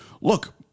Look